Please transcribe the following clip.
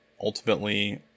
Ultimately